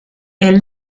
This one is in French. est